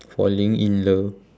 falling in love